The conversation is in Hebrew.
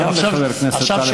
וגם לחבר הכנסת טלב אבו עראר.